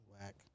Whack